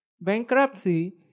Bankruptcy